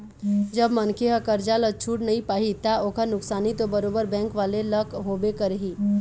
जब मनखे ह करजा ल छूट नइ पाही ता ओखर नुकसानी तो बरोबर बेंक वाले ल होबे करही